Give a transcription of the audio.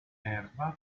erba